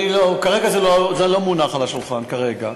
כרגע זה לא מונח על השולחן, כרגע.